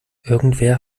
irgendwer